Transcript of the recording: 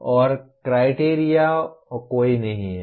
और क्रिटेरिओं कोई नहीं है